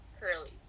curly